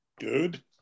Good